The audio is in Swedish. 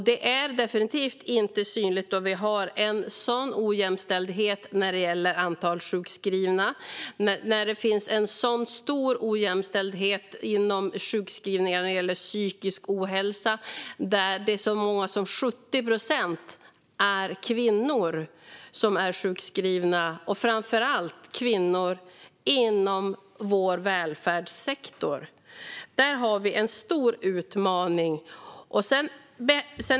Det är definitivt inte synligt, eftersom vi har en sådan stor ojämställdhet när det gäller antalet sjukskrivna. Det finns en stor ojämställdhet när det gäller sjukskrivningarna för psykisk ohälsa; så många som 70 procent av de sjukskrivna är kvinnor, framför allt kvinnor som arbetar inom välfärdssektorn. Där har vi en stor utmaning.